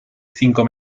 cinco